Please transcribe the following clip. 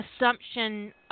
assumption